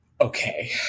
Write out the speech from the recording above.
okay